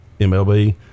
MLB